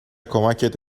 کمکت